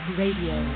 radio